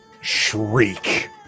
shriek